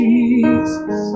Jesus